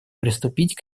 приступить